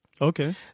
Okay